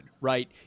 Right